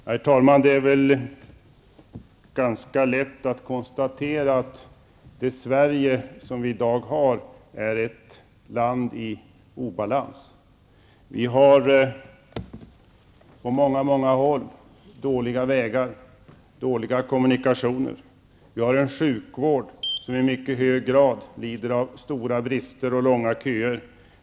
Herr talman! Det är väl ganska lätt att konstatera att det Sverige som vi i dag har är ett land i obalans. Vi har på många håll dåliga vägar och dåliga kommunikationer. Vi har en sjukvård som i mycket hög grad lider av stora brister och långa köer.